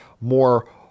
more